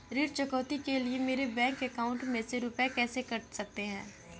ऋण चुकौती के लिए मेरे बैंक अकाउंट में से रुपए कैसे कट सकते हैं?